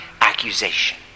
accusation